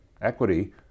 equity